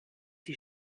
die